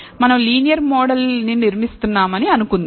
మనం linear model ను నిర్మిస్తున్నామని అనుకుందాం